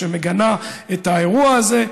שמגנה את האירוע הזה,